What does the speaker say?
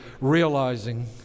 realizing